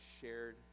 shared